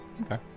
Okay